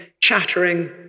chattering